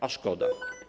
A szkoda.